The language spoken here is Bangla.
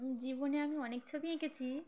জীবনে আমি অনেক ছবি এঁকেছি